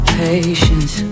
patience